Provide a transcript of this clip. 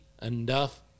enough